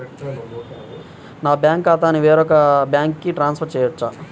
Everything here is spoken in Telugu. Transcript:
నా బ్యాంక్ ఖాతాని వేరొక బ్యాంక్కి ట్రాన్స్ఫర్ చేయొచ్చా?